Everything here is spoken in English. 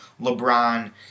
LeBron